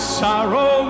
sorrow